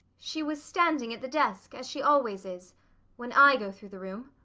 she was standing at the desk, as she always is when i go through the room.